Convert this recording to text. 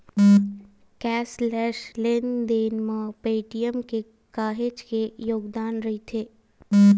cashless लेन देन म पेटीएम के काहेच के योगदान रईथ